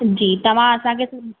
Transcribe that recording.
जी तव्हां असांखे